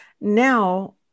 Now